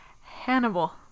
Hannibal